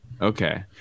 okay